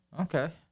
Okay